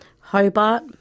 Hobart